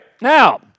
Now